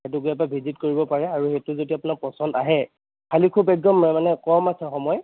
সেইটো গৈ এবাৰ ভিজিট কৰিব পাৰে আৰু সেইটো যদি আপোনাৰ পছন্দ আহে আমি খুব একদম মই মানে কম আছে সময়